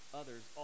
others